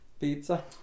pizza